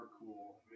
cool